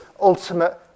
ultimate